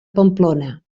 pamplona